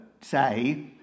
say